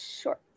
sure